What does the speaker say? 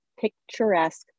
picturesque